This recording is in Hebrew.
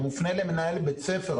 הוא מופנה למנהל בית ספר,